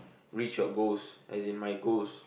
reach your goals as in my goals